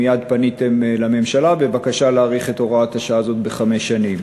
מייד פניתם לממשלה בבקשה להאריך את הוראת השעה הזאת בחמש שנים.